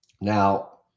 Now